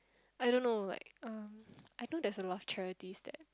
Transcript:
I don't know like um I know there's a lot of charities that